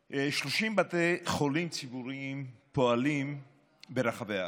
השרים, 30 בתי חולים ציבוריים פועלים ברחבי הארץ.